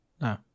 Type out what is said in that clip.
No